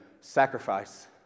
sacrifice